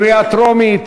קריאה טרומית.